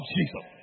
Jesus